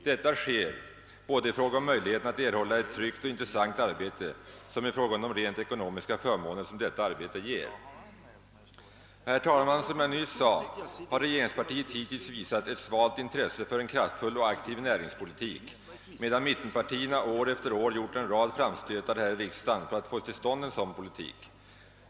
Detta sker både i fråga om möjligheterna att erhålla ett tryggt och intressant arbete och när det gäller de rent ekonomiska förmåner som detta arbete ger. Som jag nyss sade har regeringspartiet hittills visat ett svalt intresse för en kraftfull och aktiv näringspolitik, medan mittenpartierna år efter år gjort en rad framstötar här i riksdagen för att få till stånd en sådan.